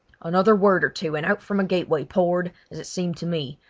another word or two, and out from a gateway poured, as it seemed to me,